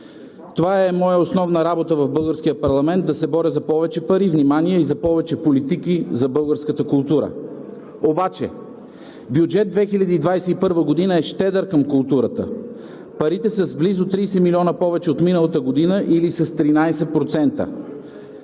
Това е моята основна работа в българския парламент – да се боря за повече пари, внимание и повече политики за българската култура. Обаче бюджетът за 2021-а е щедър към култура и парите са с близо 30 милиона повече от миналата година – с 13%.